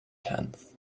tenth